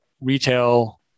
retail